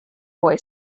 boy